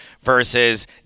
versus